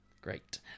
Great